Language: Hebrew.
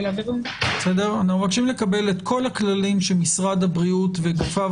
אנחנו מבקשים לקבל את כל הכללים שמשרד הבריאות וגופיו